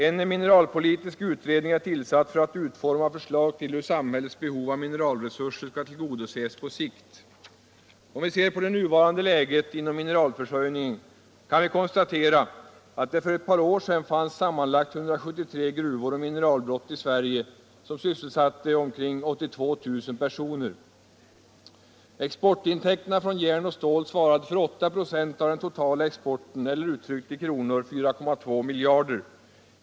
En mineralpolitisk utredning är tillsatt för att utforma förslag till hur samhällets behov av mineralresurser skall tillgodoses på sikt. Om vi ser på det nuvarande läget inom mineralförsörjningen kan vi konstatera att det för ett par år sedan fanns sammanlagt 173 gruvor och mineralbrott i Sverige som sysselsatte omkring 82 000 personer. Exportintäkterna från järn och stål svarade för 8 26 av den totala exporten eller, uttryckt i kronor, 4,2 miljarder.